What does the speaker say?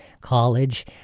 college